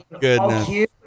goodness